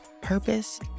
purpose